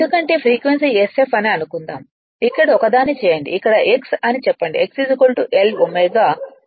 ఎందుకంటే frequency sf అని అనుకుందాం ఇక్కడ ఒకదాన్నిచేయండి ఇక్కడ x అని చెప్పండి x L ω